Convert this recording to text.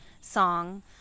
song